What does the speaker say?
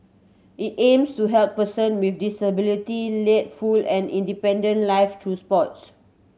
it aims to help person with disability lead full and independent lives through sports